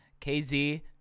KZ